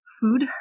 food